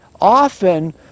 often